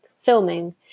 filming